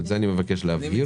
את זה אני מבקש להבהיר ולהעביר.